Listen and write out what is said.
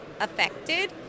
affected